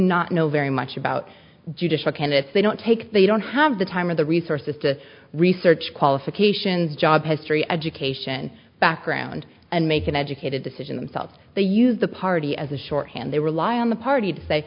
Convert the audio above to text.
not know very much about judicial candidates they don't take they don't have the time or the resources to research qualifications job history education background and make an educated decision themselves they use the party as a shorthand they rely on the party to say